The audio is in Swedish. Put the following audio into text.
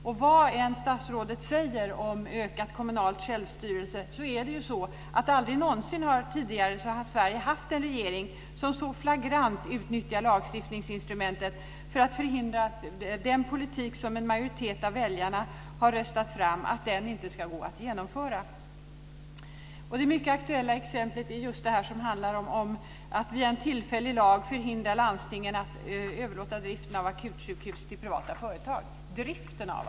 Och vad statsrådet än säger om ökad kommunal självstyrelse så har Sverige aldrig någonsin tidigare haft en regering som så flagrant utnyttjar lagstiftningsinstrumentet för att förhindra att den politik som en majoritet av väljarna har röstat fram ska gå att genomföra. Ett mycket aktuellt exempel är just det som handlar om att man via en tillfällig lag ska förhindra landstingen att överlåta driften av akutsjukhus till privata företag. Det handlar alltså om driften av dem.